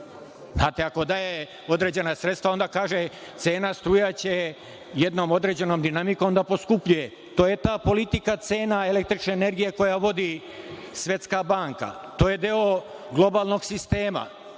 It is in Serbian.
struje. Ako daje određena sredstva, onda kaže – cena struje će jednom određenom dinamikom da poskupljuje. To je ta politika cena električne energije koju vodi Svetska banka, to je deo globalnog sistema.